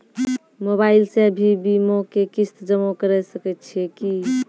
Mobile से भी बीमा के किस्त जमा करै सकैय छियै कि?